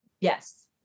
Yes